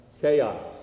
Chaos